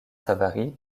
savary